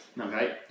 okay